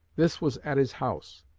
this was at his house.